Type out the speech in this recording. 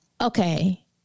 Okay